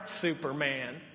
Superman